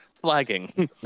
flagging